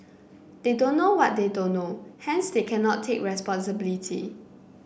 they don't know what they don't know hence they cannot take responsibility